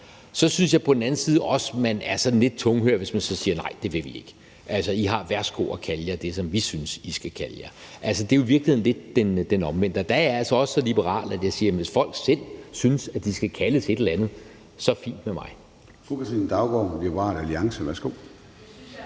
så synes jeg omvendt også, at man er sådan lidt tunghør, hvis man så siger: Nej, det vil vi ikke. I har værsgo at kalde jer det, som vi synes I skal kalde jer. Altså, det er jo i virkeligheden lidt det omvendte, og der er jeg altså også så liberal, at jeg siger, at hvis folk selv synes, at de skal kaldes et eller andet, så er det fint med mig. Kl. 10:58 Formanden (Søren Gade): Fru